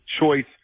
choice